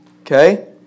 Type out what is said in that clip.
okay